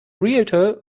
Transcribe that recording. realtor